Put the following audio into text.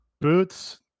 Boots